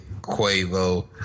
Quavo